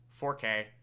4k